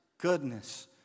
goodness